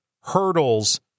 hurdles